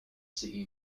city